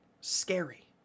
scary